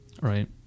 right